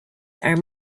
are